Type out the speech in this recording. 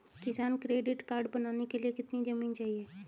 किसान credit card बनाने के लिए कितनी जमीन चाहिए?